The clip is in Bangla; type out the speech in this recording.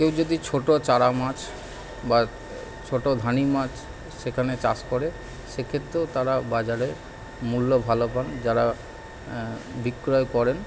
কেউ যদি ছোট চারা মাছ বা ছোট ধানি মাছ সেখানে চাষ করে সেক্ষেত্রেও তারা বাজারে মূল্য ভালো পান যারা বিক্রয় করেন